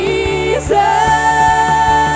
Jesus